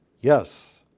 Yes